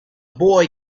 boy